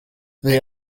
they